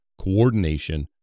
coordination